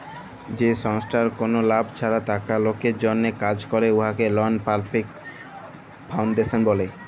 যে সংস্থার কল লাভ ছাড়া টাকা লকের জ্যনহে কাজ ক্যরে উয়াকে লল পরফিট ফাউল্ডেশল ব্যলে